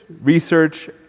research